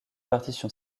partition